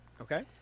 Okay